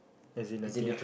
as in I think I